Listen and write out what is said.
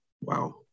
Wow